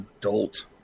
adult